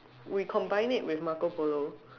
we combine it with Marco polo